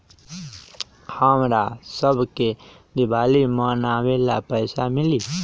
हमरा शव के दिवाली मनावेला पैसा मिली?